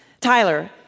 Tyler